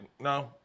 no